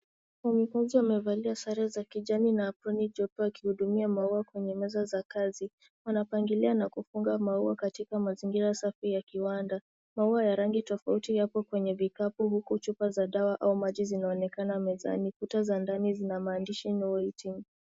Wanafunzi wamevalia sare ya kijani na aproni jeupe wakihudumia maua kwenye meza za kazi. Wanapangailia na kufunga maua katika mazingira safi ya kiwanada. Maua ya rangi tofauti yako kwenye vikapu huku chupa za dawa au maji zinaonekana mezani. Kuta za ndani zinamaandishi NO WAITING .